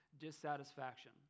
dissatisfaction